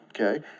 Okay